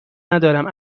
ندارم